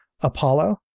Apollo